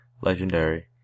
Legendary